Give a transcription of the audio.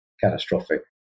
catastrophic